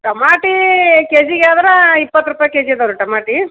ಟಮಾಟೀ ಕೆ ಜಿಗ್ಯಾದ್ರೆ ಇಪ್ಪತ್ತು ರೂಪಾಯಿ ಕೆಜಿ ಅದಾವೆ ರೀ ಟಮಾಟಿ